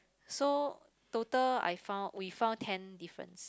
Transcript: so total I found we found ten difference